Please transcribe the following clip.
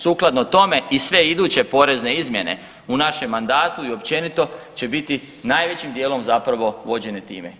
Sukladno tome i sve iduće porezne izmjene u našem mandatu i općenito će biti najvećim dijelom zapravo vođene time.